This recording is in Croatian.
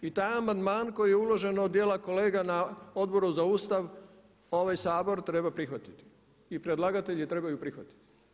I taj amandman koji je uložen od dijela kolega na Odboru za Ustav ovaj Sabor treba prihvatiti i predlagatelji trebaju prihvatiti.